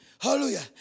hallelujah